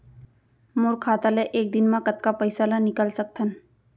मोर खाता ले एक दिन म कतका पइसा ल निकल सकथन?